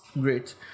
Great